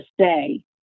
stay